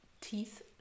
teeth